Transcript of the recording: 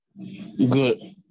good